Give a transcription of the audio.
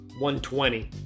120